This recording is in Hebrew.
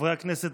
חברי הכנסת,